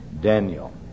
Daniel